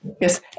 yes